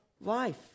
life